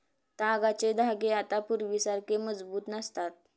तागाचे धागे आता पूर्वीसारखे मजबूत नसतात